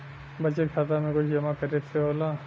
बचत खाता मे कुछ जमा करे से होला?